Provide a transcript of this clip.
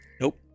Nope